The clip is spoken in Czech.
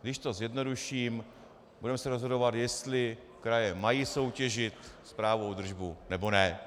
Když to zjednoduším, budeme se rozhodovat, jestli kraje mají soutěžit o správu a údržbu, nebo ne.